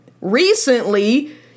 recently